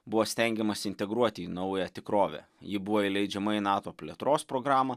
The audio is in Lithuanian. buvo stengiamasi integruoti į naują tikrovę ji buvo įleidžiama į nato plėtros programą